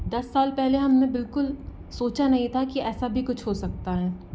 दस साल पहले हम ने बिल्कुल सोचा नहीं था कि ऐसा भी कुछ हो सकता है